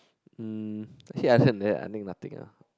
um actually other than that nothing ah